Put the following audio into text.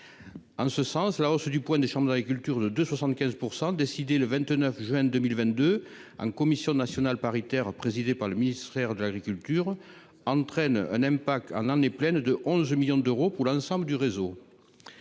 en ce sens, la hausse du point des chambres d'agriculture de de 75 % décidée le 29 juin 2022 en commission nationale paritaire présidée par le ministère de l'Agriculture entraîne un n'aime pas qu'en année pleine de 11 millions d'euros pour l'ensemble du réseau